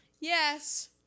yes